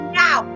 now